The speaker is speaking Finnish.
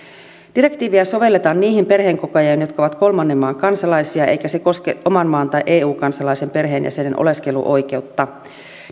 direktiiviä sovelletaan niihin perheenkokoajiin jotka ovat kolmannen maan kansalaisia eikä se koske oman maan tai eu kansalaisen perheenjäsenen oleskeluoikeutta